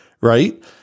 right